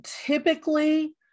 Typically